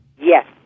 Yes